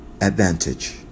advantage